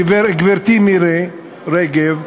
גברתי מירי רגב,